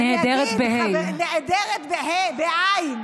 נהדרת בה"א.